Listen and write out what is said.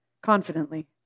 confidently